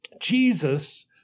Jesus